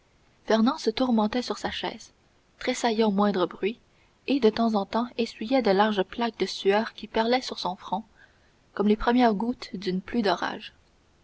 fernand se tourmentait sur sa chaise tressaillait au moindre bruit et de temps en temps essuyait de larges plaques de sueur qui perlaient sur son front comme les premières gouttes d'une pluie d'orage